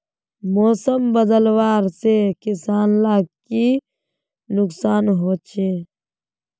मौसम बदलाव से किसान लाक की नुकसान होचे?